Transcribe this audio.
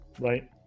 right